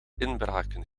inbraken